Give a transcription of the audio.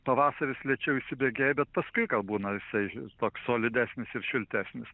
pavasaris lėčiau įsibėgėja bet paskui gal būna jisai toks solidesnis ir šiltesnis